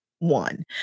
one